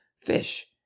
fish